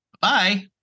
Bye